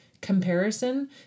Comparison